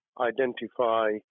identify